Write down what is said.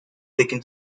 taken